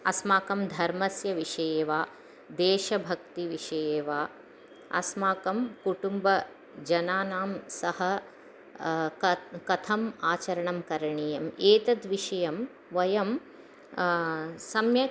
अस्माकं धर्मस्य विषये वा देशभक्तिविषये वा अस्माकं कुटुम्बजनानां सह क कथम् आचरणं करणीयं एतद् विषयं वयं सम्यक्